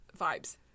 vibes